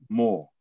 more